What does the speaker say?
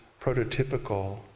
prototypical